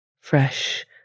fresh